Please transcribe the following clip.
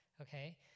okay